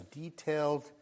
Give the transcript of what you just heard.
detailed